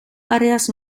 áreas